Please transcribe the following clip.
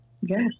Yes